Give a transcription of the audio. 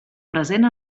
present